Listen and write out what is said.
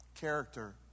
Character